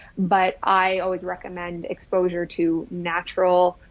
but i always recommend exposure to natural,